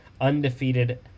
Undefeated